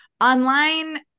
online